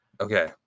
Okay